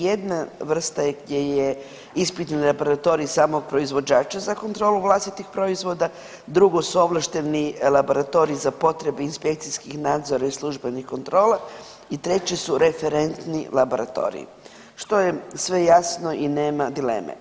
Jedna vrsta gdje je ispitni laboratorij samog proizvođača za kontrolu vlastitih proizvoda, drugo su ovlašteni laboratoriji za potrebe inspekcijskih nadzora i službenih kontrola i treće su referentni laboratoriji što je sve jasno i nema dileme.